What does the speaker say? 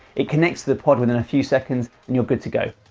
it connects to the pod within a few seconds and you're good to go.